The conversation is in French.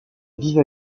vive